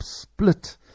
split